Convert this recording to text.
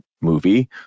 movie